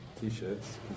t-shirts